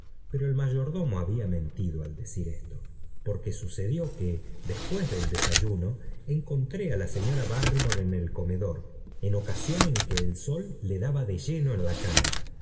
pero el mayordomo había mentido al decir esto porque sucedió que después del desayuno encontré á la señora barry more en el comedor en ocasión en que el sol le daba de lleno en la cara